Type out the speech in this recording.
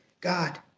God